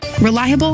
Reliable